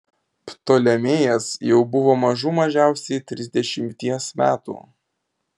ptolemėjas jau buvo mažų mažiausiai trisdešimties metų